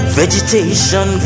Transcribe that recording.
vegetation